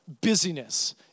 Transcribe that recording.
Busyness